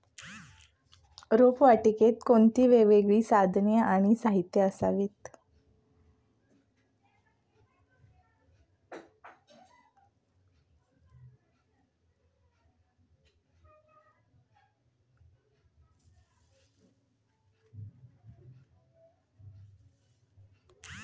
रोपवाटिकेत कोणती वेगवेगळी साधने आणि साहित्य असावीत?